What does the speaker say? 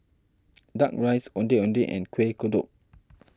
Duck Rice Ondeh Ondeh and Kuih Kodok